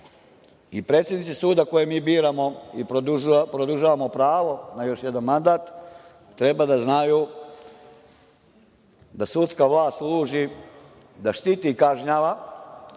i predsednici suda koje mi biramo i produžavamo pravo na još jedan mandat treba da znaju da sudska vlast uloži da štiti i kažnjava,